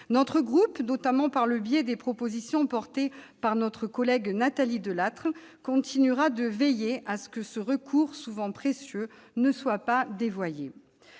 Notre groupe, notamment par le biais des propositions portées par notre collègue Nathalie Delattre, continuera de veiller à ce que ce recours, souvent précieux, ne soit pas dévoyé.